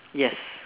yes